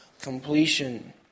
completion